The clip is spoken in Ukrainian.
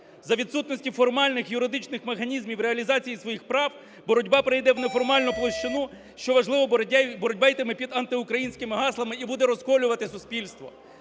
За відсутності формальних юридичних механізмів реалізації свої прав боротьба перейде в неформальну площину і що важливо боротьба йтиме під антиукраїнськими гаслами і буде розколювати суспільство.